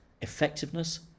effectiveness